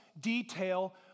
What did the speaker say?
detail